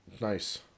Nice